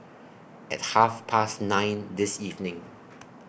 At Half Past nine This evening